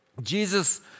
Jesus